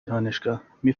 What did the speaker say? دانشگاهمی